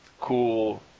cool